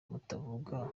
mutavuga